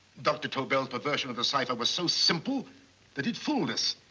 dr. tobel's perversion of the cipher was so simple that it fooled us.